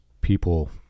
people